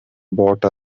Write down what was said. brought